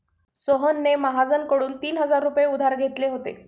सोहनने महाजनकडून तीन हजार रुपये उधार घेतले होते